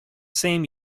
same